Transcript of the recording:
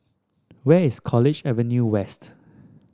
where is College Avenue West